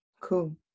Cool